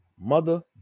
mother